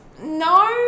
no